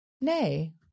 Nay